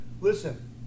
listen